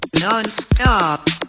non-stop